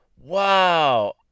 Wow